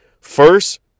first